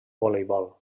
voleibol